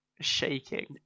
shaking